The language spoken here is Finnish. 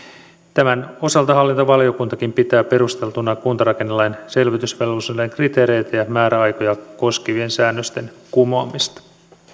tämän osalta hallintovaliokuntakin pitää perusteltuna kuntarakennelain selvitysvelvollisuuden kriteereitä ja määräaikoja koskevien säännösten kumoamista